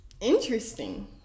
Interesting